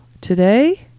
today